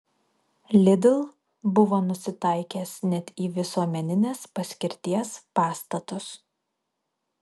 lidl buvo nusitaikęs net į visuomeninės paskirties pastatus